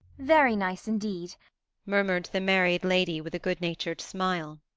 very nice indeed murmured the married lady, with a good-natured smile.